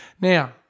Now